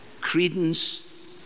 Credence